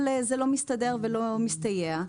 אבל זה לא מסתדר ולא מסתייע.